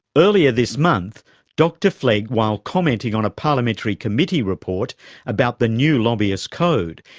earlier this month dr flegg, while commenting on a parliamentary committee report about the new lobbyist code,